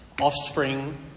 offspring